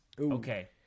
Okay